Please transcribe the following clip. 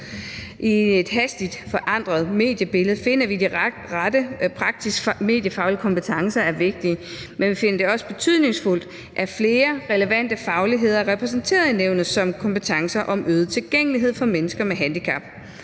I et hastigt forandret mediebillede finder vi, at de rette praktiske mediefaglige kompetencer er vigtige, men vi finder det også betydningsfuldt, at flere relevante fagligheder er repræsenteret i nævnet som f.eks. kompetencer om øget tilgængelighed for mennesker med handicap.